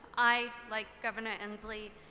i, like governor inslee,